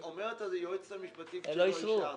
סינרג'י, אומרת היועצת המשפטית שלא אישרתם.